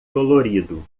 dolorido